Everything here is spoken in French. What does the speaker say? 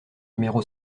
numéro